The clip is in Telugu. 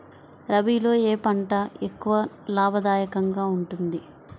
రబీలో ఏ పంట ఎక్కువ లాభదాయకంగా ఉంటుంది?